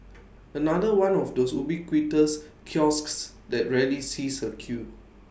another one of those ubiquitous kiosks that rarely sees A queue